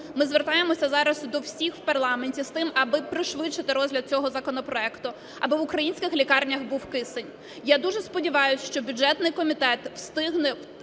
ми звертаємося зараз до всіх в парламенті з тим, аби пришвидшити розгляд цього законопроекту, аби в українських лікарнях був кисень. Я дуже сподіваюсь, що бюджетний комітет встигне